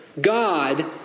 God